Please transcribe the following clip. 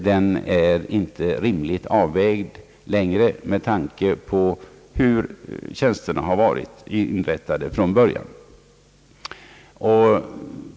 Den är inte rimligt avvägd längre med tanke på hur tjänsterna varit inrättade från början.